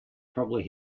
probably